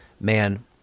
Man